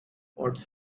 what’s